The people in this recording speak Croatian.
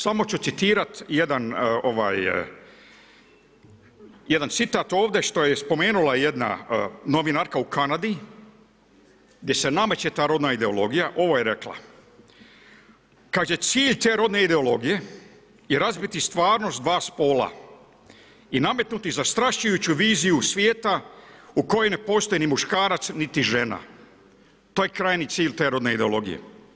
Samo ću citirati jedan citata ovdje što je spomenula jedna novinarka u Kanadi gdje se nameće ta rodna ideologija, ovo je rekla kaže „Cilj te rodne ideologije i razbiti stvarnost dva spola i nametnuti zastrašujuću viziju svijeta u kojoj ne postoji ni muškarac niti žena, to je krajnji cilj te rodne ideologije“